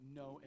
no